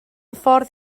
ffordd